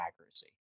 accuracy